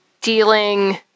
dealing